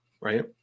right